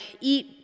eat